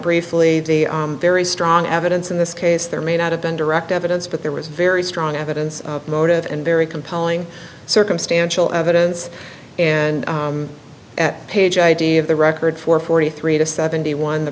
briefly the very strong evidence in this case there may not have been direct evidence but there was very strong evidence motive and very compelling circumstantial evidence and at page id of the record for forty three to seventy one the